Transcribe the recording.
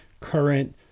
current